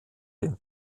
den